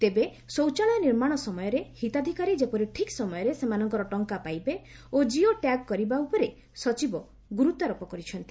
ତେବେ ଶୌଚାଳୟ ନିର୍ମାଣ ସମୟରେ ହିତାଧ୍ବକାରୀ ଯେପରି ଠିକ୍ ସମୟରେ ସେମାନଙ୍କର ଟଙ୍କା ପାଇବେ ଓ କିଓ ଟ୍ୟାଗ୍ କରିବା ଉପରେ ସଚିବ ଗୁରୁତ୍ୱାରୋପ କରିଛନ୍ତି